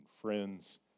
friends